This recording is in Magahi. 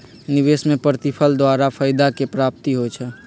निवेश में प्रतिफल द्वारा फयदा के प्राप्ति होइ छइ